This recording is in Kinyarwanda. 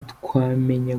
twamenya